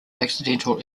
accidental